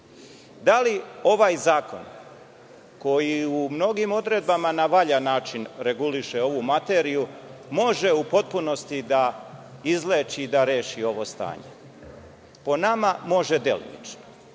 li ovaj zakon, koji u mnogim odredbama na valjan način reguliše ovu materiju, može u potpunosti da izleči i da reši ovo stanje? Po nama, može delimično